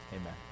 amen